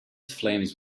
flames